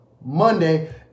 Monday